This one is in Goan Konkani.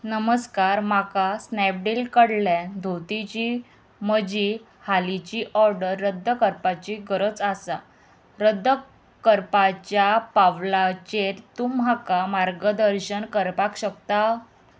नमस्कार म्हाका स्नॅपडील कडल्यान धोतीची म्हजी हालींची ऑर्डर रद्द करपाची गरज आसा रद्द करपाच्या पावलांचेर तूं म्हाका मार्गदर्शन करपाक शकता